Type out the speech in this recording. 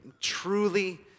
truly